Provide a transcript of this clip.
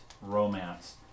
romance